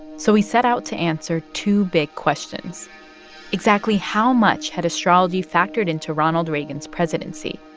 so he set out to answer two big questions exactly how much had astrology factored into ronald reagan's presidency,